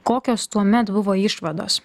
kokios tuomet buvo išvados